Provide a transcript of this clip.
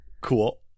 Cool